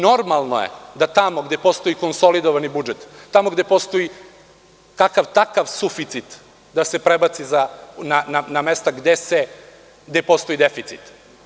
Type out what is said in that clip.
Normalno je da tamo gde postoji konsolidovani budžet, tamo gde postoji kakav-takav suficit, da se prebaci na mesta gde postoji deficit.